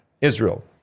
Israel